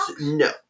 no